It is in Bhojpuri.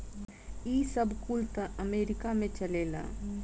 ई सब कुल त अमेरीका में चलेला